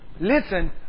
Listen